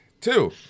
two